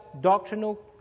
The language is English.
doctrinal